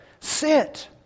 Sit